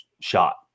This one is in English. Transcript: shot